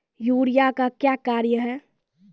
Urea का क्या कार्य हैं?